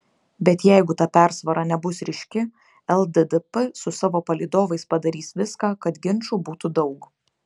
bet jeigu ta persvara nebus ryški lddp su savo palydovais padarys viską kad ginčų būtų daug